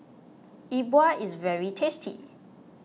E Bua is very tasty